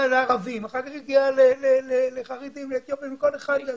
לערבים, אחר כך לחרדים, לאתיופים וכולי.